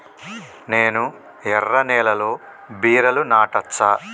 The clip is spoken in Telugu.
నేను ఎర్ర నేలలో బీరలు నాటచ్చా?